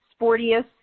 sportiest